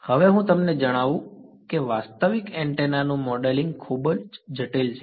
હવે હું તમને જણાવું કે વાસ્તવિક એન્ટેના નું મોડેલિંગ ખૂબ જટિલ છે